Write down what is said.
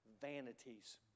vanities